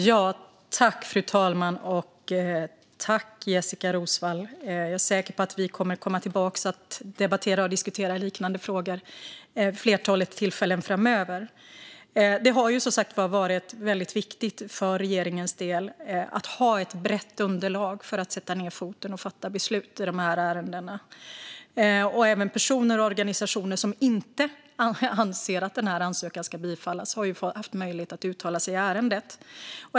Fru talman! Jag är säker på att jag och Jessika Roswall kommer att komma tillbaka hit för att debattera och diskutera liknande frågor vid flera tillfällen framöver. Det har som sagt varit väldigt viktigt för regeringen att ha ett brett underlag för att kunna sätta ned foten och fatta beslut i ärendet. Personer och organisationer som inte anser att ansökan ska bifallas har haft möjlighet att uttala sig i ärendet.